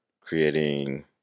creating